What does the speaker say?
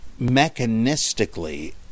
mechanistically